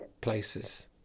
places